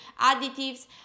additives